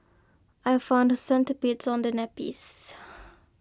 I found centipedes on the nappies